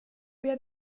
jag